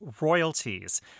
Royalties